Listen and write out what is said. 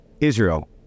Israel